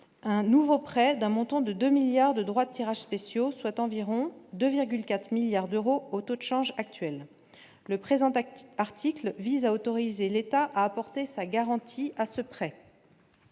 un nouveau prêt d'un montant de 2 milliards de droits de tirage spéciaux, soit environ 2,4 milliards d'euros au taux change actuel le présent acte article vise à autoriser l'État a apporté sa garantie à ce prêt.